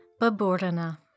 Babordana